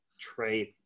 trade